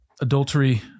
adultery